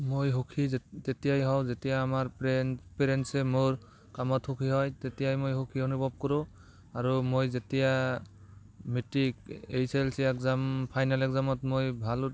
মই সুখী যেত তেতিয়াই হওঁ যেতিয়া আমাৰ পেৰেন পেৰেণ্টছে মোৰ কামত সুখী হয় তেতিয়াই মই সুখী অনুভৱ কৰো আৰু মই যেতিয়া matric HS L C exam final এক্জামত মই ভাল